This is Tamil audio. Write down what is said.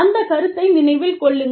அந்த கருத்தை நினைவில் கொள்ளுங்கள்